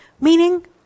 meaning